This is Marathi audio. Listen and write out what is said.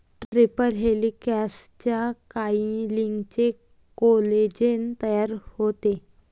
ट्रिपल हेलिक्सच्या कॉइलिंगने कोलेजेन तयार होते